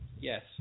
Yes